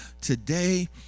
Today